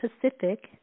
Pacific